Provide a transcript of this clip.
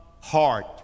heart